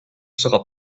sera